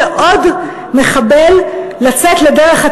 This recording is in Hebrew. ואפילו לא רק בגלל הסכנה שאותם מחבלים משוחררים יחזרו לעסוק